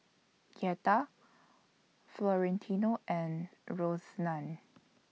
Yetta Florentino and Roseanna